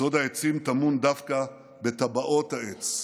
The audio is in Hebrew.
סוד העצים טמון דווקא בטבעות העץ.